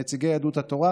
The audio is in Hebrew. נציגי יהדות התורה,